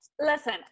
listen